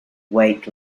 weight